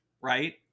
Right